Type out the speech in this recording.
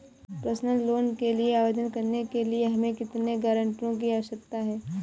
Personal loan के लिए आवेदन करने के लिए हमें कितने गारंटरों की आवश्यकता है?